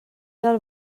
del